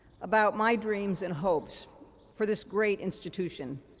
about my dreams and hopes for this great institution.